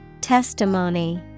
Testimony